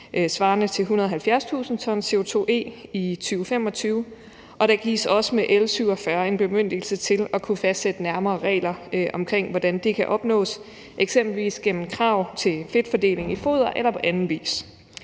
svarende til 170.000 t CO2-e i 2025, og der gives også med L 47 en bemyndigelse til at kunne fastsætte nærmere regler for, hvordan det kan opnås, eksempelvis gennem krav til fedtfordeling i foder eller på anden vis.